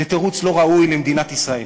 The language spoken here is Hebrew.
זה תירוץ לא ראוי למדינת ישראל.